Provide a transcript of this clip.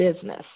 business